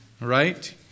right